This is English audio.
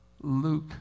Luke